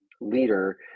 leader